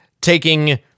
taking